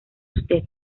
usted